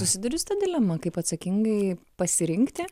susiduri su ta dilema kaip atsakingai pasirinkti